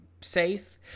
safe